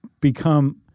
become